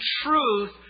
truth